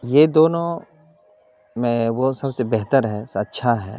یہ دونوں میں وہ سب سے بہتر ہے اچھا ہے